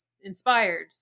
inspired